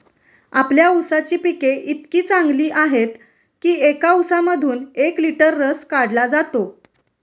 आपल्या ऊसाची पिके इतकी चांगली आहेत की एका ऊसामधून एक लिटर रस काढला जातो